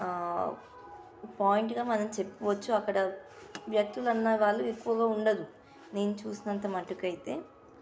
పాయింట్గా మనం చెప్పువచ్చు అక్కడ వ్యక్తులన్న వాళ్ళు ఎక్కువగా ఉండరు నేను చూసినంత మటుకైతే